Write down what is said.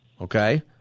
Okay